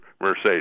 Mercedes